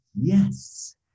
yes